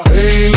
Hey